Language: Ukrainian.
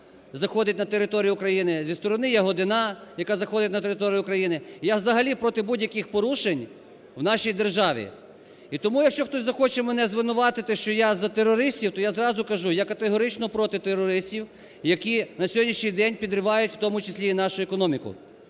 заходить на територію України, зі сторони Ягодина, яка заходить на територію України. Я взагалі проти будь-яких порушень в нашій державі. І тому, якщо хтось захоче мене звинуватити, що я за терористів, то я зразу кажу, я категорично проти терористів, які на сьогоднішній день підривають, в тому числі і нашу економіку.